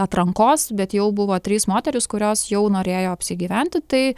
atrankos bet jau buvo trys moterys kurios jau norėjo apsigyventi tai